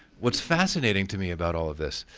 what's fascinating to me about all of this,